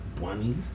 bunnies